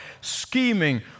scheming